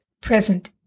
present